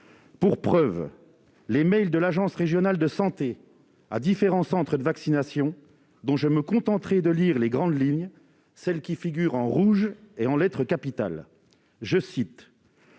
Pour preuve, les mails de l'agence régionale de santé (ARS) à différents centres de vaccination dont je me contenterai de lire les grandes lignes, celles qui figurent en rouge et en lettres capitales :«